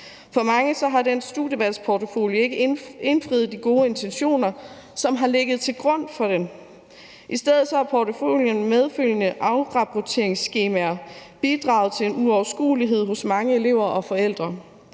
For mange har den studievalgsportfolio ikke indfriet de gode intentioner, som har ligget til grund for den. I stedet har portfolioens medfølgende afrapporteringsskemaer bidraget til en uoverskuelighed hos mange elever og forældre,